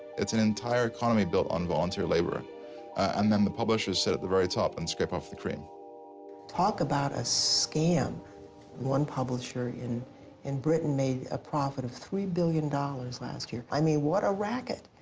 it's an entire economy built on volunteer labour and then the publishers sit at the very top and scrape off the cream talk about a scam one publisher in in britain made a profit of three billion dollars last year i mean, what a racket!